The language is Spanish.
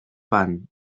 pan